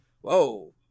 whoa